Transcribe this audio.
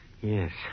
Yes